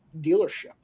dealership